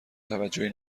توجهی